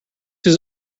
his